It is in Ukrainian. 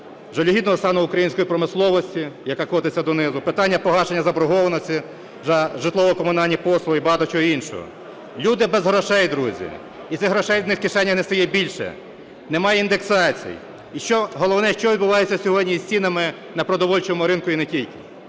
жалюгідного стану української промисловості, яка котиться донизу, питання погашення заборгованості за житлово-комунальні послуги і багато чого іншого. Люди без грошей, друзі, і цих грошей у них в кишені не стає більше. Немає індексацій. І головне, що відбувається сьогодні з цінами на продовольчому ринку і не тільки?